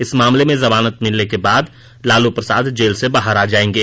इस मामले में जमानत मिलने के बाद लालू प्रसाद जेल से बाहर आ जायेंगे